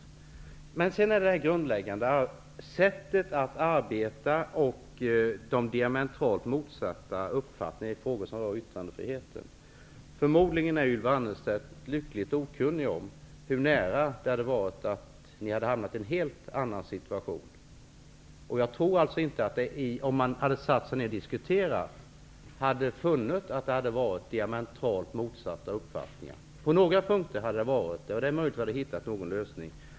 Sedan en kommentar till detta med det grundläggande arbetssättet och de diametralt motsatta uppfattningarna i frågor som rör yttrandefriheten. Förmodligen är Ylva Annerstedt lyckligt okunnig om hur nära det var att ni hamnade i en helt annan situation. Om man hade satt sig ner och diskuterat dessa saker tror jag inte att man hade funnit några diametralt motsatta uppfattningar, utom på några punkter. Det är möjligt att vi hade kommit fram till en lösning.